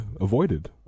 avoided